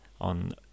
on